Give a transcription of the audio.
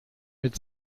mit